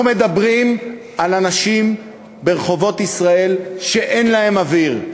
אנחנו מדברים על אנשים ברחובות ישראל שאין להם אוויר,